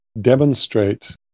demonstrate